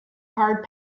hard